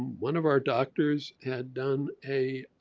one of our doctors had done a,